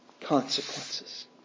consequences